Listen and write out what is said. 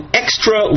extra